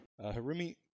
Harumi